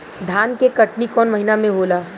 धान के कटनी कौन महीना में होला?